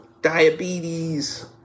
diabetes